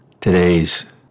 Today's